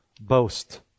boast